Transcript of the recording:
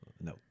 no